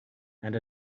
and